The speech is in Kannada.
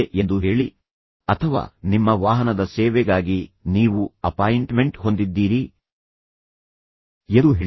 ಆದ್ದರಿಂದ ನೀವು ಹೋಗಿ ಅದನ್ನು ಹಿಡಿಯಬೇಕು ಎಂದು ಹೇಳಿ ಅಥವಾ ನಿಮ್ಮ ವಾಹನದ ಸೇವೆಗಾಗಿ ನೀವು ಅಪಾಯಿಂಟ್ಮೆಂಟ್ ಹೊಂದಿದ್ದೀರಿ ಎಂದು ಹೇಳಿ